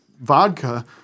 vodka